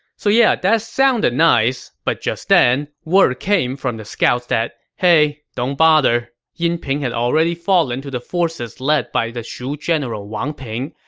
so yeah, that sounded nice, but just then, word came from the scouts that, hey, don't bother. yinping had already fallen to the forces led by the shu general wang ping,